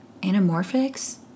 anamorphics